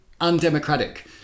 undemocratic